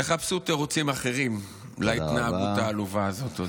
תחפשו תירוצים אחרים להתנהגות העלובה הזאת.